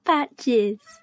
Patches